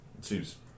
Seems